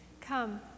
Come